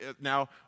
now